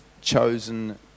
chosen